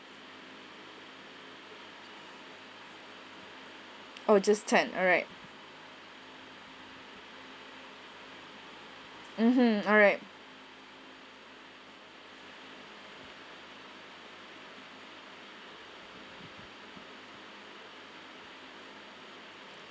oh just ten alright mmhmm alright